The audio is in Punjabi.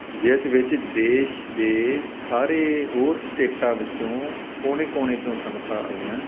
ਜਿਸ ਵਿੱਚ ਦੇਸ਼ ਦੇ ਸਾਰੇ ਹੋਰ ਸਟੇਟਾਂ ਵਿੱਚੋਂ ਕੋਣੇ ਕੋਣੇ ਚੋਂ ਸੰਗਤਾਂ ਆਈਆਂ